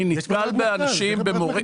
אני נתקל באנשים ---,